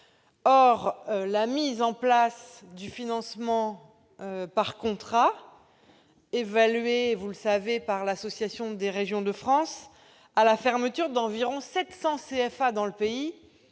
Or la mise en place du financement par contrat revient, selon l'Association des régions de France, à la fermeture d'environ 700 CFA dans le pays,